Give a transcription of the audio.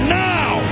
now